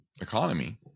economy